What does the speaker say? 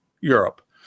Europe